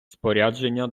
спорядження